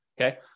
Okay